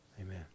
Amen